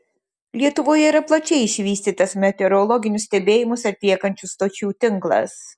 lietuvoje yra plačiai išvystytas meteorologinius stebėjimus atliekančių stočių tinklas